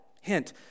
Hint